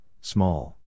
small